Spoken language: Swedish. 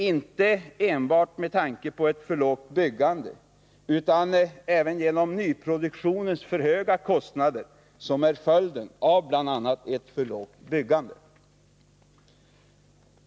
Jag tänker då inte enbart på det för låga byggandet utan även på nyproduktionens för höga kostnader, som är följden av bl.a. ett för lågt byggande.